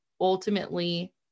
ultimately